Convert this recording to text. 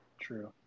true